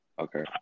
Okay